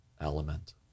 element